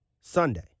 Sunday